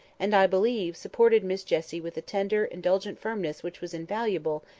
and, i believe, supported miss jessie with a tender, indulgent firmness which was invaluable,